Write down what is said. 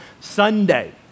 Sunday